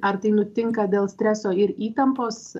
ar tai nutinka dėl streso ir įtampos